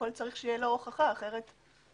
הכול צריך שתהיה לו הוכחה כי אחרת הוא